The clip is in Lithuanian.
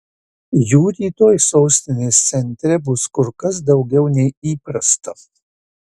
jų rytoj sostinės centre bus kur kas daugiau nei įprasta